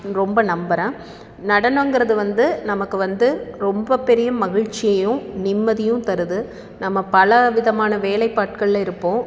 ரொம்ப நம்புகிறேன் நடனங்கிறது வந்து நமக்கு வந்து ரொம்ப பெரிய மகிழ்ச்சியையும் நிம்மதியும் தருது நம்ம பலவிதமான வேலைநாட்கள்ல இருப்போம்